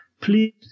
Please